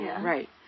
right